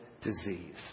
disease